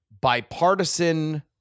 bipartisan